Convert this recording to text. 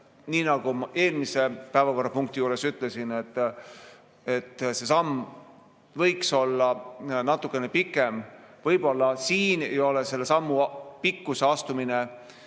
nii nagu ma ka eelmise päevakorrapunkti juures ütlesin, see samm võiks olla natuke pikem. Võib-olla siin ei ole selle sammu pikkus nii